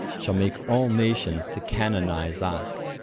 shall make all nations to canonize us.